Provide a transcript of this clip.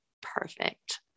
perfect